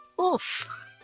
Oof